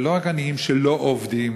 ולא רק עניים שלא עובדים,